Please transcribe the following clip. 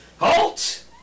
HALT